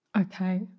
Okay